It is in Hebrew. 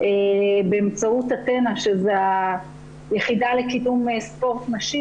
באמצעות אתנה, שזה היחידה לקידום ספורט נשים.